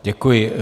Děkuji.